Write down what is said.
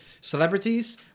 celebrities